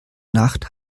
nacht